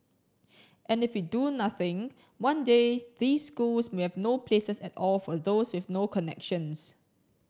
and if we do nothing one day these schools may have no places at all for those with no connections